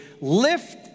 lift